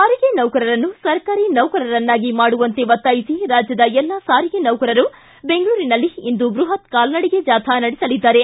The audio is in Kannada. ಸಾರಿಗೆ ನೌಕರರನ್ನು ಸರ್ಕಾರಿ ನೌಕರರನ್ನಾಗಿ ಮಾಡುವಂತೆ ಒತ್ತಾಯಿಸಿ ರಾಜ್ಯದ ಎಲ್ಲಾ ಸಾರಿಗೆ ನೌಕರರು ಬೆಂಗಳೂರಿನಲ್ಲಿ ಇಂದು ಬೃಹತ್ ಕಾಲ್ನಡಿಗೆ ಜಾಥಾ ನಡೆಸಲಿದ್ದಾರೆ